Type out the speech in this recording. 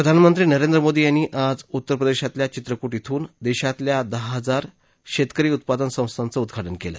प्रधानमंत्री नरेंद्र मोदी यांनी आज उत्तरप्रदेशातल्या चित्रकूट श्रून देशातल्या दहा हजार शेतकरी उत्पादन संस्थांचं उद्घाटन केलं